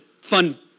fun